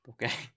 Okay